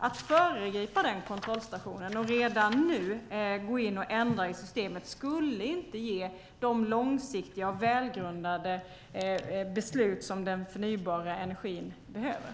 Att föregripa den kontrollstationen och redan nu ändra i systemet skulle inte ge de långsiktiga och välgrundade beslut som den förnybara energin behöver.